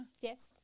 yes